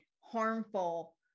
harmful